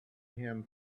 him